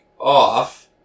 off